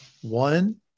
One